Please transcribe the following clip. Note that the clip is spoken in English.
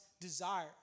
desire